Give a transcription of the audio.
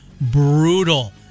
brutal